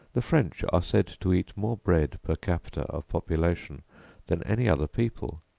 the french are said to eat more bread per capita of population than any other people,